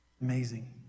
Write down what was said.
Amazing